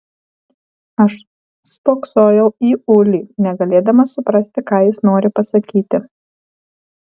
aš spoksojau į ulį negalėdama suprasti ką jis nori pasakyti